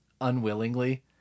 unwillingly